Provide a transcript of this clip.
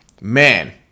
Man